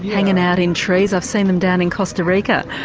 hanging out in trees. i've seen them down in costa rica.